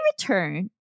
return